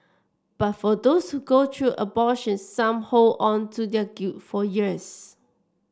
but for those go through abortions some hold on to their guilt for years